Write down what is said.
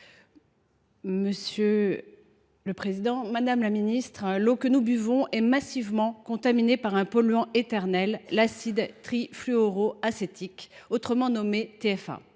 Monsieur le président, madame la ministre, l’eau que nous buvons est massivement contaminée par un polluant éternel, l’acide trifluoroacétique, autrement nommé TFA.